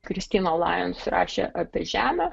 kristina lains rašė apie žemę